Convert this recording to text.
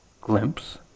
glimpse